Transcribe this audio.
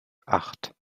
acht